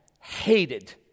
hated